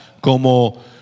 como